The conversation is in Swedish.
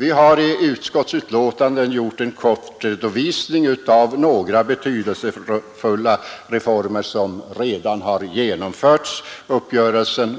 Vi har i utskottsbetänkandet gjort en kort redovisning av några betydelsefulla reformer som redan har genomförts: uppgörelsen